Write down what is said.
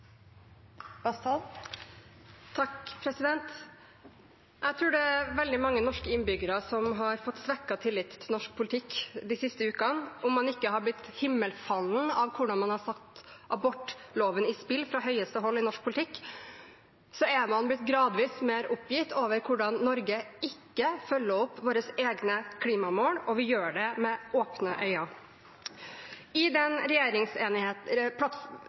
har fått svekket tillit til norsk politikk de siste ukene. Om man ikke er blitt himmelfallen over hvordan en har satt abortloven på spill fra høyeste hold i norsk politikk, er man blitt gradvis mer oppgitt over at Norge ikke følger opp våre egne klimamål, og vi gjør det med åpne øyne. I